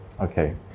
Okay